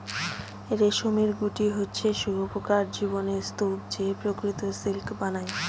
রেশমের গুটি হচ্ছে শুঁয়োপকার জীবনের স্তুপ যে প্রকৃত সিল্ক বানায়